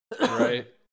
Right